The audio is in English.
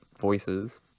voices